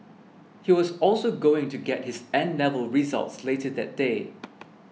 he was also going to get his 'N' level results later that day